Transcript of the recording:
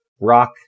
rock